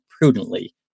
prudently